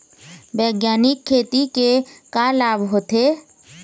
बैग्यानिक खेती के का लाभ होथे?